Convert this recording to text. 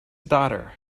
daughter